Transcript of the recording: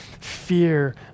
fear